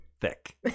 thick